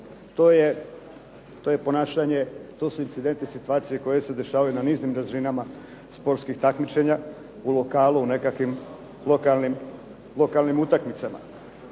to su incidentni situacije koje se dešavaju na nižim razinama sportskih natjecanjima, u lokalu, u nekakvim lokalnim utakmicama.